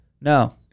No